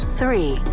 three